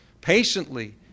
Patiently